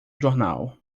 jornal